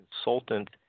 consultant